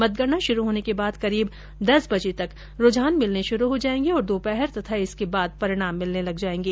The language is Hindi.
मतगणना शुरु होने के बाद करीब दस बजे तक रुझान मिलने शुरु हो जायेंगे और दोपहर तथा इसके बाद परिणाम मिलने लग जायेंगे